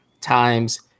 times